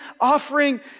offering